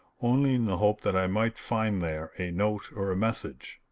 only in the hope that i might find there a note or a message.